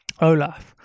Olaf